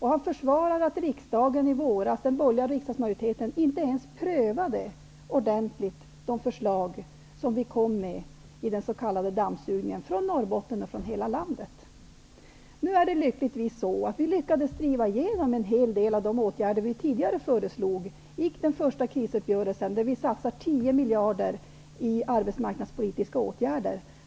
Han försvarade också att den borgerliga riksdagsmajoriteten i våras inte ens ordentligt prövade de förslag som vi kom med i den s.k. I den första krisuppgörelsen lyckades vi lyckligtvis driva igenom en hel del av de åtgärder vi tidigare föreslagit -- vi satsar tio miljarder på arbetsmarknadspolitiska åtgärder.